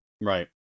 Right